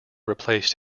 replaced